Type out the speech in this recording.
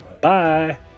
bye